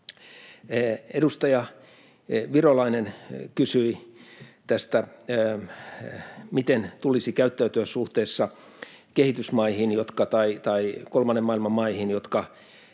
Edustaja Virolainen kysyi tästä, miten tulisi käyttäytyä suhteessa kolmannen maailman maihin, jotka